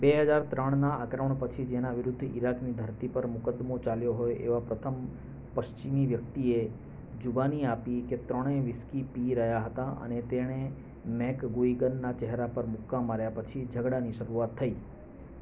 બેહજાર ત્રણના આક્રમણ પછી જેના વિરુદ્ધ ઇરાકની ધરતી પર મુકદ્દમો ચાલ્યો હોય એવા પ્રથમ પશ્ચિમી વ્યક્તિએ જુબાની આપી કે ત્રણેય વ્હીસ્કી પી રહ્યાં હતાં અને તેણે મેકગુઇગનના ચહેરા પર મુક્કા માર્યા પછી ઝગડાની શરૂઆત થઈ